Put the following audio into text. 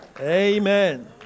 Amen